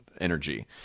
energy